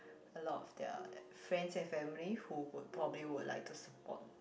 a lot of their friends and family who would probably would like to support